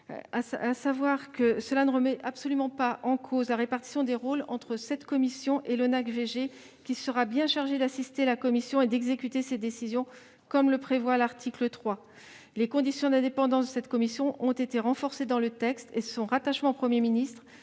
associations. Elle ne remet absolument pas en cause la répartition des rôles entre la commission et l'ONACVG, lequel sera bien chargé d'assister la commission et d'exécuter ses décisions, comme le prévoit l'article 3. Les conditions d'indépendance de cette commission ont été renforcées dans le texte et son rattachement au Premier ministre,